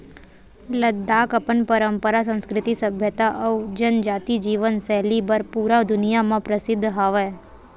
लद्दाख अपन पंरपरा, संस्कृति, सभ्यता अउ जनजाति जीवन सैली बर पूरा दुनिया म परसिद्ध हवय